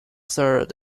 third